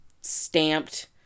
stamped